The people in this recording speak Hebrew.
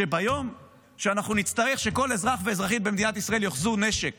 שביום שאנחנו נצטרך שכל אזרח ואזרחית במדינת ישראל יאחזו נשק